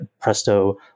Presto